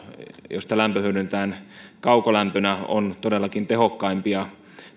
josta lämpö hyödynnetään kaukolämpönä on todellakin tehokkaimpia